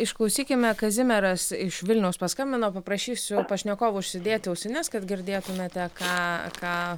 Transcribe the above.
išklausykime kazimieras iš vilniaus paskambino paprašysiu pašnekovų užsidėti ausines kad girdėtumėte ką ką